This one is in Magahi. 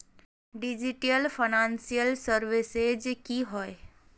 डिजिटल फैनांशियल सर्विसेज की होय?